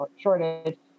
shortage